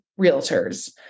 realtors